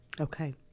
okay